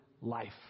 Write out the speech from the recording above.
life